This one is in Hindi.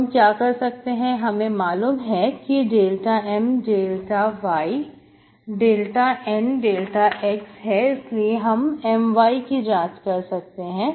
तब हम क्या कर सकते हैं हमें मालूम है ∂M∂y ∂N∂x इसलिए हम MY की जांच कर सकते हैं